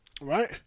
right